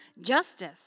justice